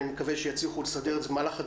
אני מקווה שיצליחו לסדר את זה במהלך הדיון.